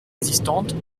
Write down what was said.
existantes